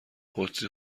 قدسی